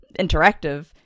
interactive